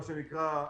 מה שנקרא,